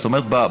זאת אומרת,